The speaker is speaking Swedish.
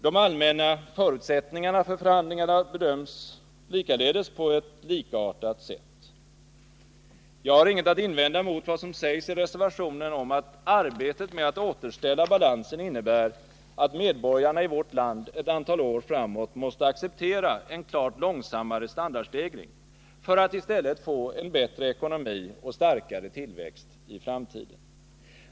De allmänna förutsättningarna för förhandlingarna bedöms likaledes på ett likartat sätt. Jag har inget att invända mot vad som sägs i reservationen om att arbetet med att återställa balansen innebär att medborgarna i vårt land ett antal år framåt måste acceptera en klart långsammare standardstegring för att i stället nå en bättre ekonomi och starkare tillväxt i framtiden.